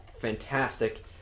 fantastic